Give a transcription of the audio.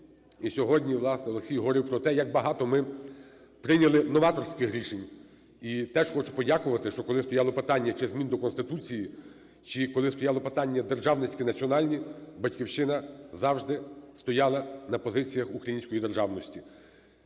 І сьогодні, власне, Олексій говорив про те, як багато ми прийняли новаторських рішень. І теж хочу подякувати, що коли стояло питання чи змін до Конституції, чи коли стояли питання державницькі і національні, "Батьківщина" завжди стояла на позиціях української державності.